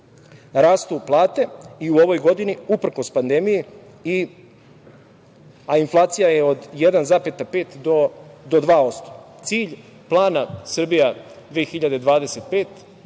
Rastu plate i u ovoj godini, uprkos pandemiji, a inflacija je od 1,5 do 2%.Cilj plana Srbija 2025,